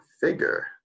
figure